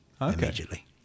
immediately